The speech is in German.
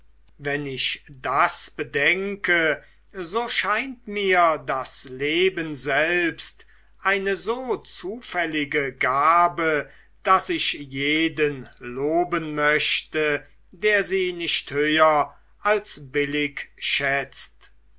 wenn ich das bedenke so scheint mir das leben selbst eine so zufällige gabe daß ich jeden loben möchte der sie nicht höher als billig schätzt